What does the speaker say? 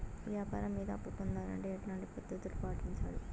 వ్యాపారం మీద అప్పు పొందాలంటే ఎట్లాంటి పద్ధతులు పాటించాలి?